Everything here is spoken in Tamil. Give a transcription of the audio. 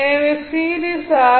எனவே சீரிஸ் ஆர்